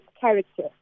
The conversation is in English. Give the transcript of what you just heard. character